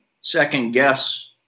second-guess